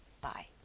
bye